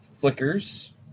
flickers